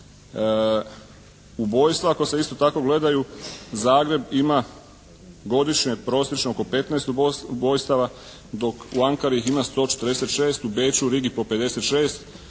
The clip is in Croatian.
Ubojstva ako se isto tako gledaju Zagreb ima godišnje prosječno oko 15 ubojstava dok u Ankari ih ima 146, u Beču i Rigi po 56,